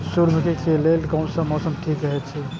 सूर्यमुखी के लेल कोन मौसम ठीक हे छे?